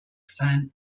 sein